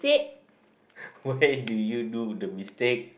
why do you do the mistake